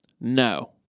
no